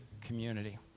community